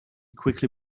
quickly